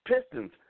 Pistons